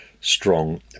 strong